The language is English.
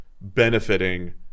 benefiting